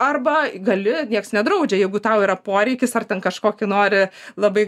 arba gali nieks nedraudžia jeigu tau yra poreikis ar ten kažkokį nori labai